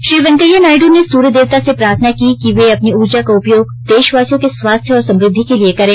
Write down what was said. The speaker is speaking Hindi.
श्री वेंकैया नायड् ने सूर्य देवता से प्रार्थना की कि वे अपनी ऊर्जा का उपयोग देशवासियों को स्वास्थय और समुद्धि के लिए करें